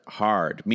hard